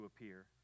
appear